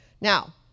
Now